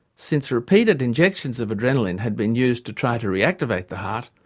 since repeated injections of adrenaline had been used to try to re-activate the heart,